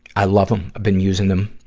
i love em. been using them.